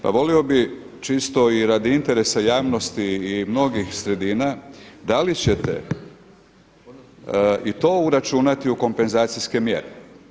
Pa volio bi čisto i radi interesa javnosti i mnogih sredina da li ćete i to uračunati u kompenzacijske mjere?